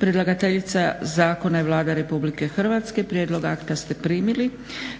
Predlagateljica zakona je Vlada Republike Hrvatske. Prijedlog akta ste primili.